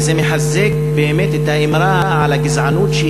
וזה מחזק באמת את האמרה על הגזענות,